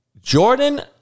Jordan